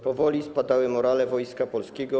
Powoli spadało morale wojska polskiego.